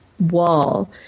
wall